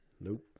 Nope